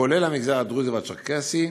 כולל המגזר הדרוזי והצ'רקסי.